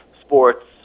sports